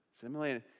Similarly